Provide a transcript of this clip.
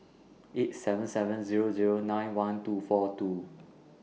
eight seven seven Zero Zero nine one two four two